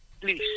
Please